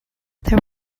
there